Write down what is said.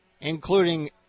including